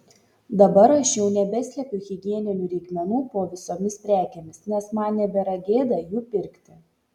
dabar aš jau nebeslepiu higieninių reikmenų po visomis prekėmis nes man nebėra gėda jų pirkti